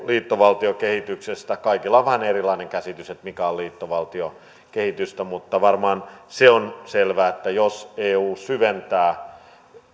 liittovaltiokehityksestä kaikilla on vähän erilainen käsitys siitä mikä on liittovaltiokehitystä mutta varmaan on selvää että jos eu syventää